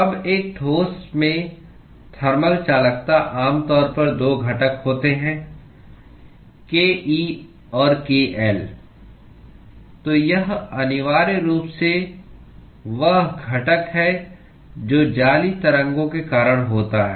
अब एक ठोस में थर्मल चालकता आमतौर पर 2 घटक होते हैं ke और kl तो यह अनिवार्य रूप से वह घटक है जो जाली तरंगों के कारण होता है